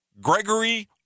Gregory